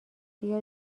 بیا